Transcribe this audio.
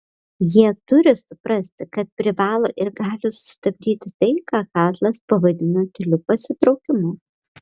jie turi suprasti kad privalo ir gali sustabdyti tai ką kazlas pavadino tyliu pasitraukimu